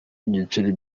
igiceri